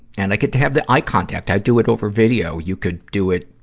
and i get to have the eye contact. i do it over video. you could do it,